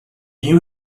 you